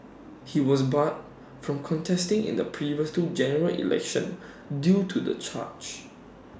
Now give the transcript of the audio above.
he was barred from contesting in the previous two general elections due to the charge